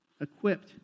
equipped